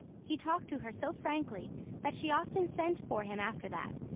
he talked to her so frankly that she often sent for him after that,